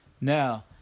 Now